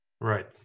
Right